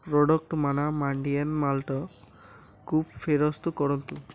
product ମାନ୍ନା ମାଣ୍ଡିଆ ମାଲ୍ଟକୁ ଫେରସ୍ତ କରନ୍ତୁ